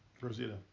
Rosita